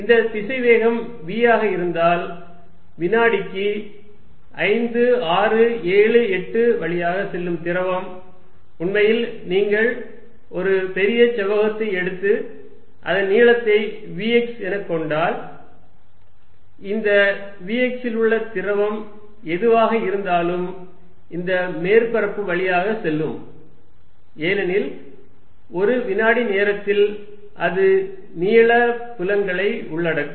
இந்த திசைவேகம் v ஆக இருந்தால் வினாடிக்கு 5 6 7 8 வழியாக செல்லும் திரவம் உண்மையில் நீங்கள் ஒரு பெரிய செவ்வகத்தை எடுத்து அதன் நீளத்தை vx எனக் கொண்டால் இந்த vx இல் உள்ள திரவம் எதுவாக இருந்தாலும் இந்த மேற்பரப்பு வழியாக செல்லும் ஏனெனில் ஒரு வினாடி நேரத்தில் அது நீள புலங்களை உள்ளடக்கும்